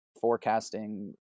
forecasting